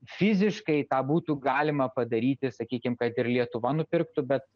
fiziškai tą būtų galima padaryti sakykim kad ir lietuva nupirktų bet